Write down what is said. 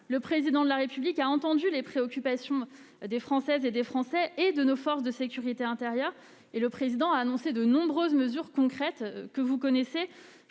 le Président de la République a entendu les préoccupations des Françaises et des Français, ainsi que celles de nos forces de sécurité intérieure. Il a donc annoncé de nombreuses mesures concrètes, que vous connaissez.